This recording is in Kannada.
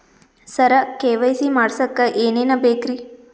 ಸರ ಕೆ.ವೈ.ಸಿ ಮಾಡಸಕ್ಕ ಎನೆನ ಬೇಕ್ರಿ?